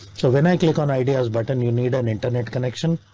so when i click on ideas button you need an internet connection.